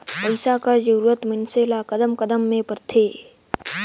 पइसा कर जरूरत मइनसे ल कदम कदम में परथे